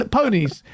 ponies